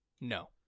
no